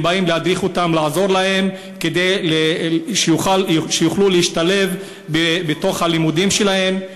הם באים להדריך אותם ולעזור להם כדי שיוכלו להשתלב בלימודים שלהם.